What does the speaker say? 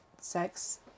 sex